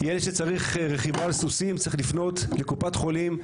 ילד שצריך רכיבה על סוסים צריך לפנות לקופת חולים,